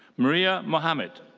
maria muhammad.